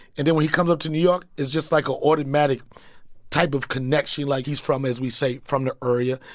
and then when he comes up to new york, it's just, like, a automatic type of connection. like, he's from, as we say, from the area.